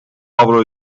avro